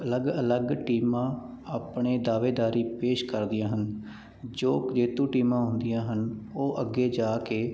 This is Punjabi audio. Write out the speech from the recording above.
ਅਲੱਗ ਅਲੱਗ ਟੀਮਾਂ ਆਪਣੇ ਦਾਅਵੇਦਾਰੀ ਪੇਸ਼ ਕਰਦੀਆਂ ਹਨ ਜੋ ਜੇਤੂ ਟੀਮਾਂ ਹੁੰਦੀਆਂ ਹਨ ਉਹ ਅੱਗੇ ਜਾ ਕੇ